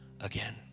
again